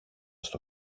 στο